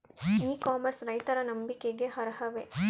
E commerce ರೈತರ ನಂಬಿಕೆಗೆ ಅರ್ಹವೇ?